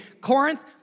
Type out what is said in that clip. Corinth